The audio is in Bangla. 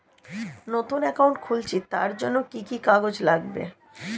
নতুন অ্যাকাউন্ট খুলছি তার জন্য কি কি কাগজ লাগবে?